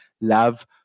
Love